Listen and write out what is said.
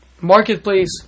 marketplace